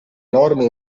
norme